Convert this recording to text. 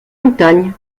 montagnes